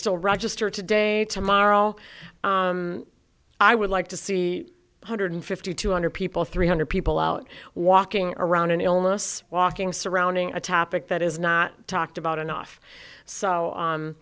still register today tomorrow i would like to see hundred fifty two hundred people three hundred people out walking around an illness walking surrounding a topic that is not talked about enough so